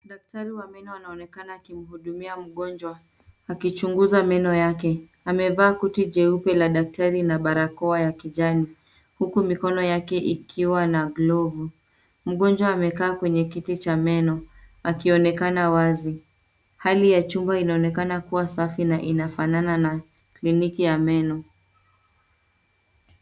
Daktari wa meno anaonekana akimuhudumia mgonjwa, akichunguza meno yake amevaa koti jeupe la daktari na barakoa ya kijani, huku mikono yake ikiwa na glovu mgonjwa amekaa kwenye kiti cha meno akionekana wazi hali ya chuma inaonekana kuwa safi na inafanana miliki ya meno